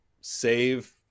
save